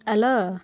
hello